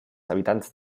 habitants